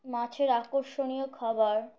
মাছের আকর্ষণীয় খাবার